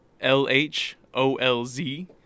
L-H-O-L-Z